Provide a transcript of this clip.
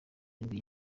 arindwi